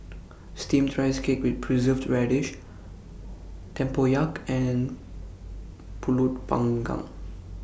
Steamed Rice Cake with Preserved Radish Tempoyak and Pulut Panggang